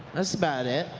that's about it.